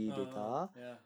uh uh ya